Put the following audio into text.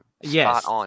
yes